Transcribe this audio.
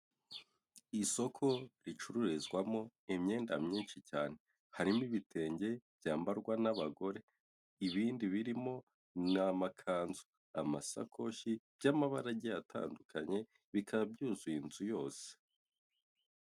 Isoko ricururizwamo imyenda myinshi cyane, harimo ibitenge byambarwa n'abagore, ibindi birimo ni amakanzu, amasakoshi by'amabara agiye atandukanye, bikaba byuzuye inzu yose.